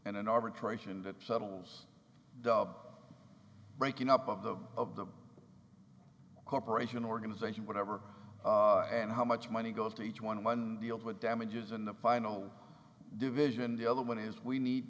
and an arbitration that settles the breaking up of the of the operation organization whatever and how much money goes to each one one deals with damages and the final division the other one is we need